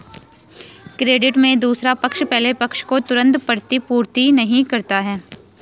credit में दूसरा पक्ष पहले पक्ष को तुरंत प्रतिपूर्ति नहीं करता है